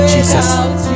Jesus